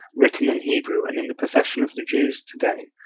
written in hebrew and in the possession of the jews to-day,